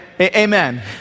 Amen